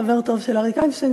חבר טוב של אריק איינשטיין,